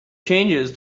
changes